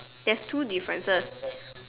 there's two differences